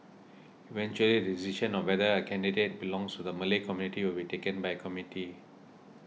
eventually the decision on whether a candidate belongs to the Malay community will be taken by a committee